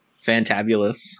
Fantabulous